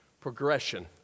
progression